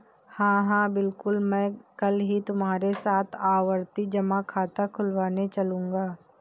हां हां बिल्कुल मैं कल ही तुम्हारे साथ आवर्ती जमा खाता खुलवाने चलूंगा